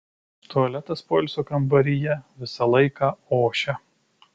tualetas poilsio kambaryje visą laiką ošia